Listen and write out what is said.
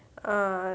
ah